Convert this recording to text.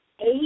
eight